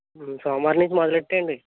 సోమవారం నుంచి మొదలు పెట్టేయండి